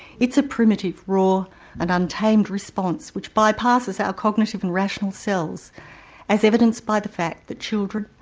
it's a primitive, raw and untamed response which bypasses our cognitive and rational selves as evidenced by the fact that children,